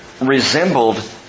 resembled